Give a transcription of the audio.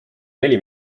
neli